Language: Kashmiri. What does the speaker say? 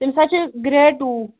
تٔمِس حظ چھ گریڈ ٹوٗ